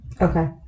okay